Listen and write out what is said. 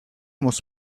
muss